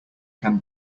can